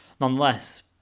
nonetheless